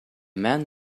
man